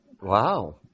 Wow